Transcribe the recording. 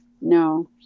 No